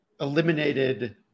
eliminated